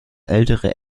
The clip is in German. ältere